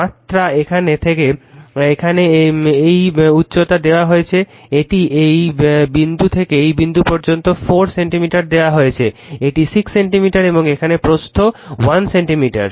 মাত্রা এখানে থেকে এখানে এই উচ্চতা দেওয়া হয়েছে এটি এই বিন্দু থেকে এই বিন্দু পর্যন্ত 4 সেন্টিমিটার দেওয়া হয়েছে এটি 6 সেন্টিমিটার এবং এখানে প্রস্থ 1 সেন্টিমিটার